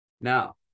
Now